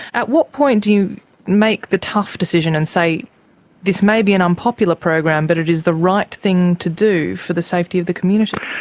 at what point do you make the tough decision and say this may be an unpopular program but it is the right thing to do for the safety of the community?